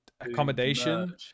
accommodation